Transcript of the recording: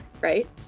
right